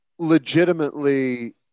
legitimately